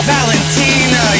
Valentina